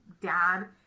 dad